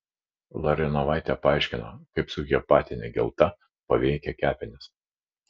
larionovaitė paaiškino kad subhepatinė gelta paveikia kepenis